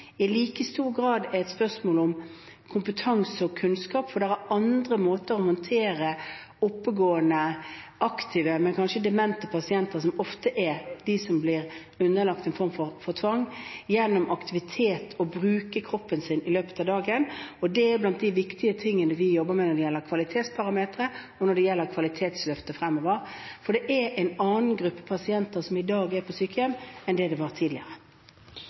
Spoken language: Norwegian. i like stor grad er et spørsmål om kompetanse og kunnskap, for det finnes andre måter å håndtere oppegående, aktive, men kanskje demente pasienter på – som ofte er de som blir underlagt en form for tvang – gjennom aktivitet, gjennom å bruke kroppen i løpet av dagen. Dette er blant de viktige tingene vi jobber med når det gjelder kvalitetsparametre, og når det gjelder kvalitetsløftet fremover, for det er en annen gruppe pasienter som i dag er på sykehjem, enn det det var tidligere.